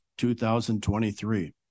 2023